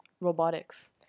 robotics